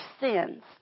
sins